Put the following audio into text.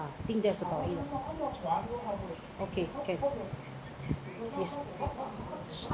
ya I think that's about it okay can yes